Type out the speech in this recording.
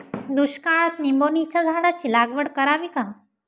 दुष्काळात निंबोणीच्या झाडाची लागवड करावी का?